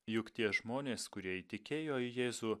juk tie žmonės kurie įtikėjo į jėzų